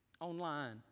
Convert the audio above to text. online